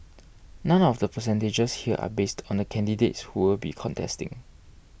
none of the percentages here are based on the candidates who will be contesting